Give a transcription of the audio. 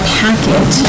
packet